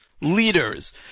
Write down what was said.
leaders